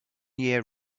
year